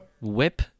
whip